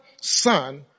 Son